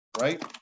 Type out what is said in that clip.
right